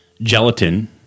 gelatin